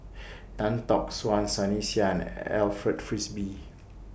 Tan Tock San Sunny Sia Alfred Frisby